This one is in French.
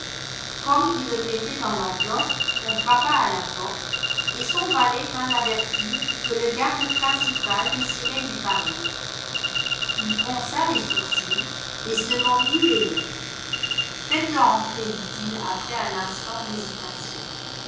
gomme il le mettait dans l'enveloppe on frappa à la porte et son valet vint l'avertir que le garde principal désirait lui parler il fronça les sourcils et se mordit les lèvres faites-le entrer dit-il après un instant d'hésitation